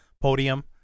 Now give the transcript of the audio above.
podium